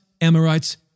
Amorites